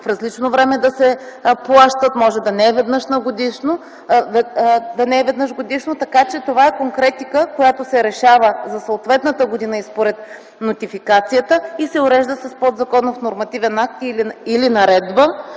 в различно време да се плащат, може да не е веднъж годишно. Така че това е конкретика, която се решава за съответната година и според нотификацията и се урежда с подзаконов нормативен акт или наредба